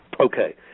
Okay